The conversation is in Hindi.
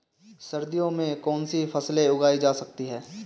सर्दियों में कौनसी फसलें उगाई जा सकती हैं?